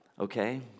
okay